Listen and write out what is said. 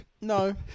No